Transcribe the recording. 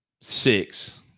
six